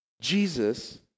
Jesus